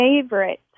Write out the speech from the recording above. favorite